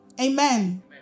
Amen